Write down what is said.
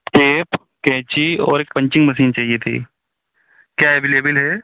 tape कैंची और एक पंचिंग मसीन चाहिए थी क्या अवेलेबिल है